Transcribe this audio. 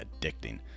addicting